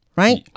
right